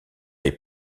les